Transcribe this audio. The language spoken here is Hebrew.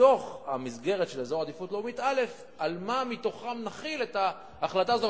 בתוך המסגרת של אזור עדיפות לאומית א' על מה מתוכם נחיל את ההחלטה הזאת,